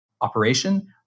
operation